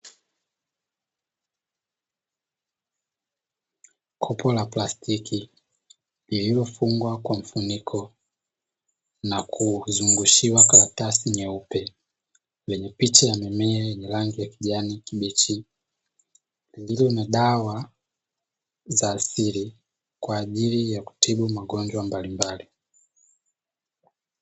Kopo la plastiki lililofungwa kwa mfuniko na kuzungushiwa karatasi nyeupe, lenye picha ya mimea yenye rangi ya kijani kibichi lililo na dawa za asili kwa ajili ya kutibu magonjwa mbalimbali.